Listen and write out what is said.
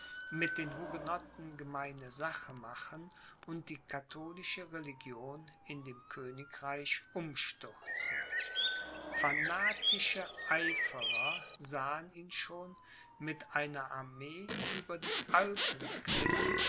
mit den hugenotten gemeine sache machen und die katholische religion in dem königreich umstürzen fanatische eiferer sahen ihn schon mit einer armee über die